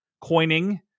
coining